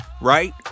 right